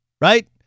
right